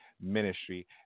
Ministry